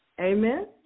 Amen